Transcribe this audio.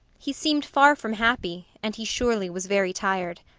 he seemed far from happy, and he surely was very tired.